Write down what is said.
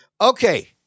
Okay